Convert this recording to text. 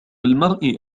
المرء